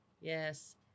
Yes